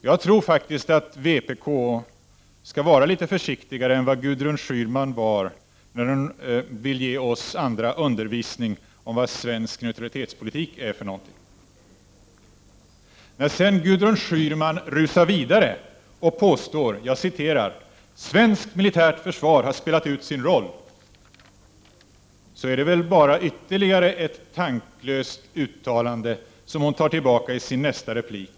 Jag tror faktiskt att vpk-are skall vara litet försiktigare än vad Gudrun Schyman var när hon ville ge oss andra undervisning i vad svensk neutralitetspolitik är för någonting. Sedan rusar Gudrun Schyman vidare och påstår: Svenskt militärt försvar har spelat ut sin roll. Det är väl ytterligare ett tanklöst uttalande, som hon tar tillbaka i sin nästa replik.